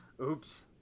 Oops